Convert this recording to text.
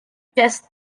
test